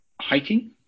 hiking